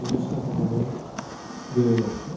बिदि साजायनानै दोनो न'खराव